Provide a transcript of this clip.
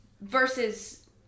Versus